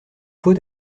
faut